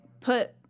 put